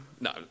no